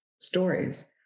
stories